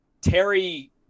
Terry